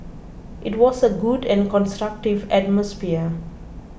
it was a good and constructive atmosphere